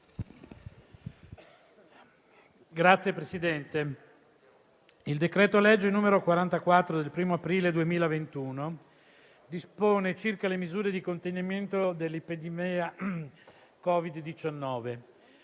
Signor Presidente, il decreto-legge n. 44 del 1° aprile 2021 dispone circa le misure di contenimento dell'epidemia da Covid-19: